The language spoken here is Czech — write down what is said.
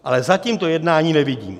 Ale zatím to jednání nevidím.